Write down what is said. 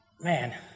Man